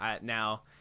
Now